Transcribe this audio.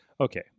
Okay